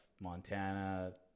Montana